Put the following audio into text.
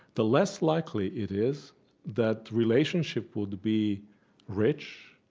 the less likely it is that relationship would be rich,